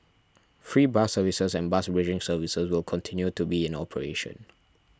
free bus services and bus bridging services will continue to be in operation